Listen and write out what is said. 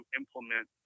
implement